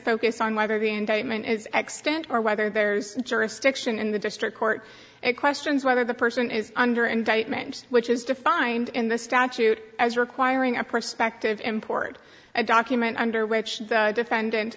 focus on whether the indictment is extant or whether there's jurisdiction in the district court it questions whether the person is under indictment which is defined in the statute as requiring a prospective import a document under which the defendant